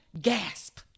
GASP